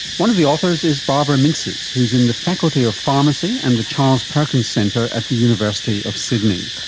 one of the authors is barbara mintzes, who's in the faculty of pharmacy and the charles perkins centre at the university of sydney.